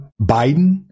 Biden